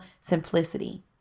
simplicity